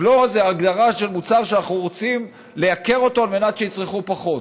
זה בהגדרה למוצר שאנחנו רוצים לייקר אותו על מנת שיצרכו פחות.